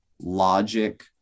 logic